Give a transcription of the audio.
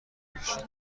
میکشید